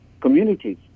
communities